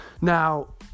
Now